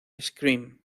scream